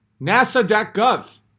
NASA.gov